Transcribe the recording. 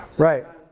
right,